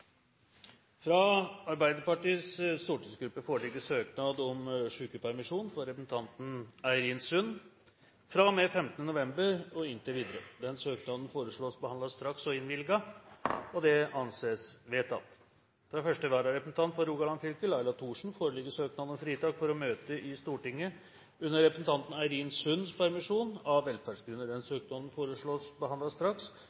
Fra Arbeiderpartiets stortingsgruppe foreligger søknad om sykepermisjon for representanten Eirin Sund fra og med 15. november og inntil videre. Denne søknad foreslås behandlet straks og innvilget. – Det anses vedtatt. Fra første vararepresentant for Rogaland fylke, Laila Thorsen, foreligger søknad om fritak for å møte i Stortinget under representanten Eirin Sunds permisjon, av velferdsgrunner. Denne søknaden foreslås behandlet straks